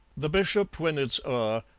the bishop, when it's